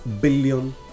billion